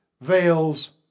veils